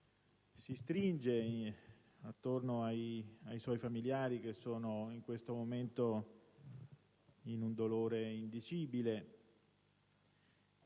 si stringe attorno ai suoi familiari, che sono in questo momento in un dolore indicibile,